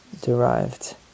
derived